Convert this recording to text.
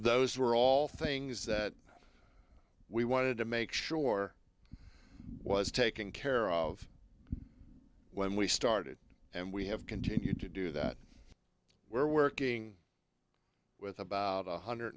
those were all things that we wanted to make sure was taken care of when we started and we have continued to do that we're working with about one hundred